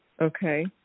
Okay